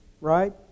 right